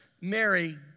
Mary